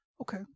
Okay